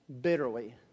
bitterly